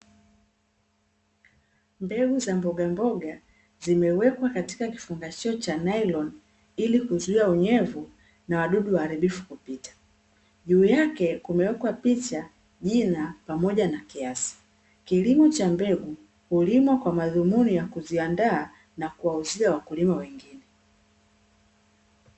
Mbegu za mbogamboga zimewekwa katika kifungashio cha nailoni il kuzuia unyevu na wadudu waharibifu kupita juu yake kumewekwa picha, jina, pamoja na kiasi. Kilimo cha mbegu hulimwa kwa madhumuni ya kuziandaa na kuwauzia wakulima wengine.